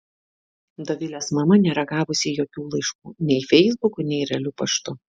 dovilės mama nėra gavusi jokių laiškų nei feisbuku nei realiu paštu